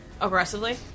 Aggressively